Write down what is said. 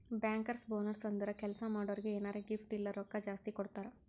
bankers bonus ಅಂದುರ್ ಕೆಲ್ಸಾ ಮಾಡೋರಿಗ್ ಎನಾರೇ ಗಿಫ್ಟ್ ಇಲ್ಲ ರೊಕ್ಕಾ ಜಾಸ್ತಿ ಕೊಡ್ತಾರ್